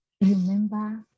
remember